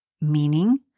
Meaning